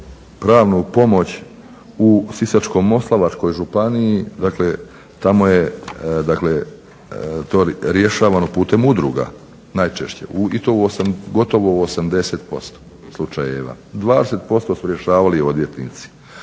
pravnu pomoć u Sisačko-moslavačkoj županiji, dakle tamo je dakle to rješavano putem udruga najčešće i to u gotovo 80% slučajeva. 20% su rješavali odvjetnici.